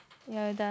you're done